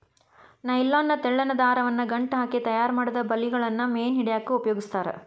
nylon ನ ತೆಳ್ಳನ ದಾರವನ್ನ ಗಂಟ ಹಾಕಿ ತಯಾರಿಮಾಡಿದ ಬಲಿಗಳನ್ನ ಮೇನ್ ಹಿಡ್ಯಾಕ್ ಉಪಯೋಗಸ್ತಾರ